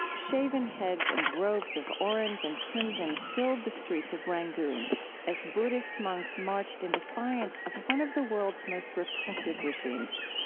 shaven heads and robes of orange and crimson filled the streets of rangoon as buddhist monks marched in defiance of one of the world's most repressive regimes.